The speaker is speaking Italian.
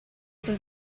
sul